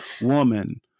woman